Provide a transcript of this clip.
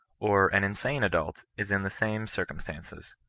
or an insane adult is in the same cir cumstances.